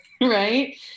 right